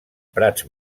prats